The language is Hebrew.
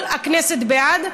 כל הכנסת בעד.